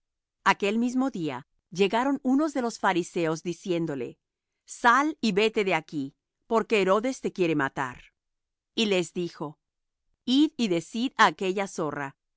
aquel mismo día llegaron unos de los fariseos diciéndole sal y vete de aquí porque herodes te quiere matar y les dijo id y decid á aquella zorra